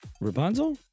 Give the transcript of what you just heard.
Rapunzel